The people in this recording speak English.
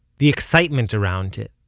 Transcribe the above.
the excitement around it,